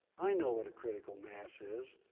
i know what a critical mass is.